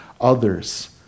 others